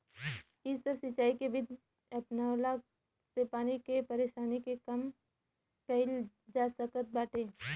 इ सब सिंचाई के विधि अपनवला से पानी के परेशानी के कम कईल जा सकत बाटे